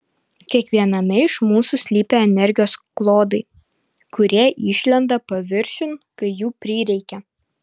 kiekviename iš mūsų slypi energijos klodai kurie išlenda paviršiun kai jų prireikia